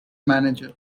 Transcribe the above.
manager